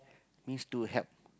means to help